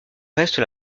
reste